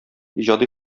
иҗади